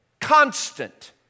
constant